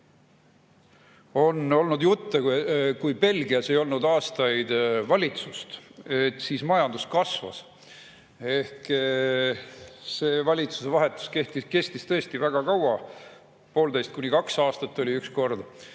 olnud jutte, et kui Belgias ei olnud aastaid valitsust, siis majandus kasvas. See valitsuse vahetus kestis tõesti väga kaua. Poolteist kuni kaks aastat oli see üks kord,